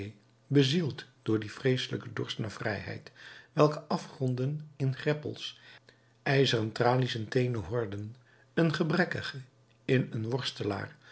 bezield door dien vreeselijken dorst naar vrijheid welke afgronden in greppels ijzeren tralies in teenen horden een gebrekkige in een worstelaar